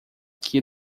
que